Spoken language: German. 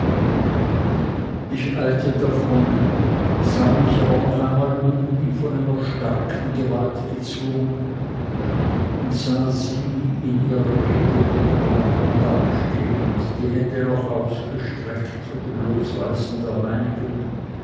ich eilte davon sah mich aber noch einmal um wie von einer starken gewalt gezwungen und sah sie in ihrer rede unterbrochen dastehen die hände noch ausgestreckt von dem losreißen der meinigen